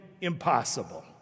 impossible